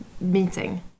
meeting